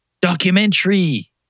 documentary